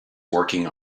working